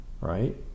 right